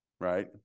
right